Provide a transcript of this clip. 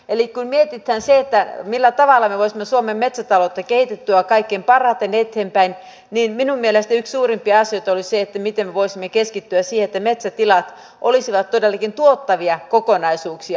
eli kun mietitään millä tavalla me voisimme suomen metsätaloutta kehittää kaikkein parhaiten eteenpäin niin minun mielestäni yksi suurimpia asioita olisi se miten me voisimme keskittyä siihen että metsätilat olisivat todellakin tuottavia kokonaisuuksia